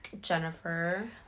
jennifer